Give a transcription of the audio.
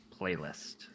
playlist